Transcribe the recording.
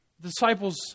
Disciples